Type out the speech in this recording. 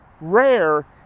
rare